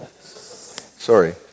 sorry